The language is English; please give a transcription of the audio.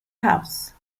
house